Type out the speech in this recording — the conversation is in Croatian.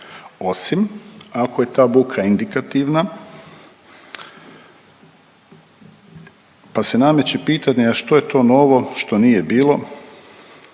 osim ako je ta buka indikativna pa se nameće pitanje, a što je to novo što nije bilo,